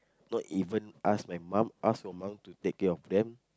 not even ask my mum ask your mum to take care of them